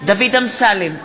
דוד אמסלם,